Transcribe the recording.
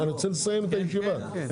סוגיות.